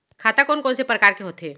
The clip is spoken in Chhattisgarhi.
खाता कोन कोन से परकार के होथे?